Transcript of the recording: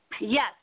Yes